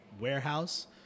warehouse